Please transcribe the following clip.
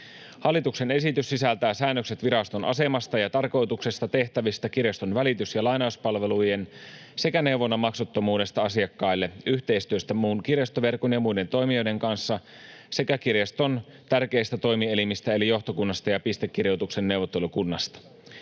Hallituksen esitys sisältää säännökset viraston asemasta ja tarkoituksesta, tehtävistä, kirjaston välitys- ja lainauspalvelujen sekä neuvonnan maksuttomuudesta asiakkaille, yhteistyöstä muun kirjastoverkon ja muiden toimijoiden kanssa sekä kirjaston tärkeistä toimielimistä eli johtokunnasta ja pistekirjoituksen neuvottelukunnasta.